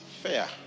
fair